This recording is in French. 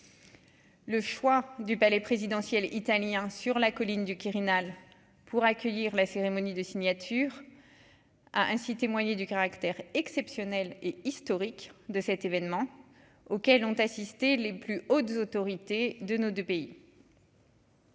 Le choix du palais présidentiel italien sur la colline du Quirinal pour accueillir la cérémonie de signature, a ainsi témoigné du caractère exceptionnel et historique de cet événement auquel ont assisté les plus hautes autorités de nos 2 pays.